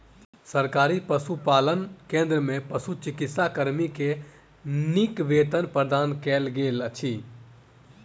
सरकारी पशुपालन केंद्र में पशुचिकित्सा कर्मी के नीक वेतन प्रदान कयल गेल अछि